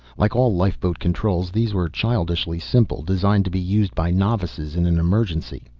like all lifeboat controls these were childishly simple, designed to be used by novices in an emergency.